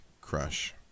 crush